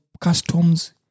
customs